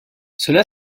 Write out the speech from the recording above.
ceci